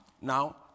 now